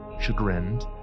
chagrined